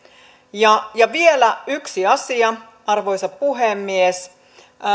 vielä yksi asia arvoisa puhemies